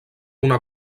una